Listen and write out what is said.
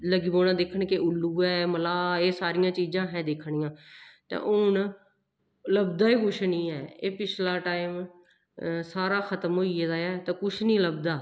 लग्गी पौना दिक्खन कि उल्लू ऐ मलाह् एह् सारियां चीजां असें दिक्खनियां ते हून लभदा गै कुछ निं ऐ एह् पिछला टाईम सारा खतम होई गेदा ऐ ते कुछ निं लभदा